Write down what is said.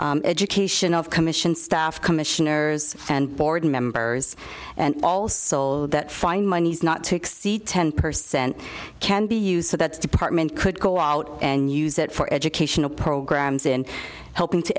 include education of commission staff commissioners and board members and all sold that fine monies not to exceed ten percent can be used for that department could go out and use it for educational programs in helping to